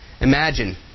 Imagine